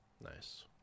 Nice